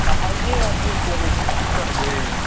समये अजीब चलैत छै की करबै